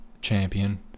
champion